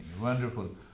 Wonderful